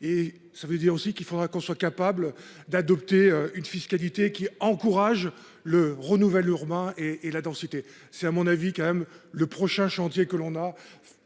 et ça veut dire aussi qu'il faudra qu'on soit capable d'adopter une fiscalité qui encourage le renouvelle urbain et et la densité. C'est à mon avis quand même. Le prochain chantier que l'on a,